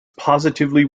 positively